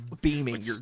beaming